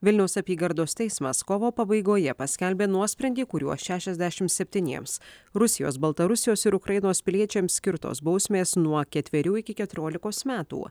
vilniaus apygardos teismas kovo pabaigoje paskelbė nuosprendį kuriuo šešiasdešim septyniems rusijos baltarusijos ir ukrainos piliečiams skirtos bausmės nuo ketverių iki keturiolikos metų